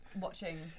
watching